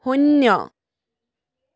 শূন্য